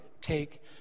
take